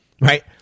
right